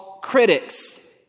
critics